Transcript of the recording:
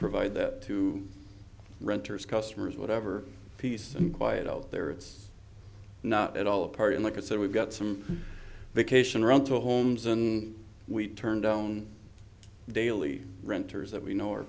provide that to renters customers whatever piece and buy it out there it's not at all a party and like i said we've got some vacation rental homes and we turn down daily renters that we know